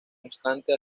constante